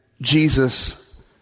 Jesus